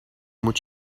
moet